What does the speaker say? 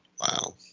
Wow